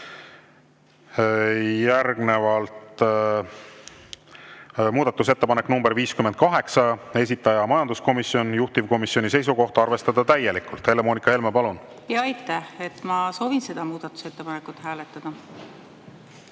Järgnevalt muudatusettepanek nr 58, esitaja majanduskomisjon, juhtivkomisjoni seisukoht on arvestada täielikult. Helle-Moonika Helme, palun! Aitäh! Ma soovin seda muudatusettepanekut hääletada.